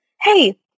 hey